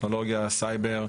טכנולוגיה וסייבר.